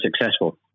successful